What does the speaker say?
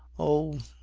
oh,